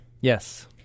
Yes